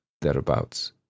thereabouts